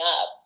up